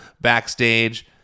backstage